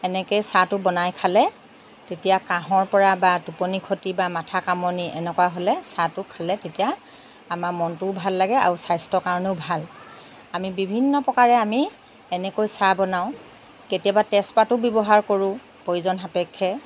এনেকৈয়ে চাহটো বনাই খালে তেতিয়া কাহৰ পৰা বা টোপনি ক্ষতি বা মাথা কামোৰণি এনেকুৱা হ'লে চাহটো খালে তেতিয়া আমাৰ মনটোও ভাল লাগে আৰু স্বাস্থ্যৰ কাৰণেও ভাল আমি বিভিন্ন প্ৰকাৰে আমি এনেকৈ চাহ বনাওঁ কেতিয়াবা তেজপাতো ব্যৱহাৰ কৰোঁ প্ৰয়োজন সাপেক্ষে